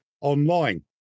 online